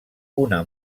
una